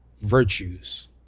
virtues